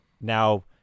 now